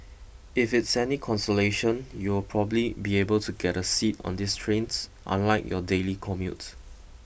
if it's any consolation you'll probably be able to get a seat on these trains unlike your daily commute